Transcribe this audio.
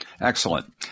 Excellent